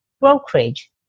brokerage